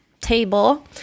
table